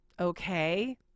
Okay